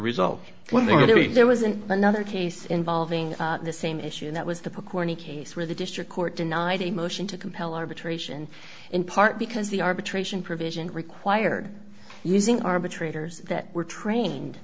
if there wasn't another case involving the same issue and that was the pokorny case where the district court denied a motion to compel arbitration in part because the arbitration provision required using arbitrators that were trained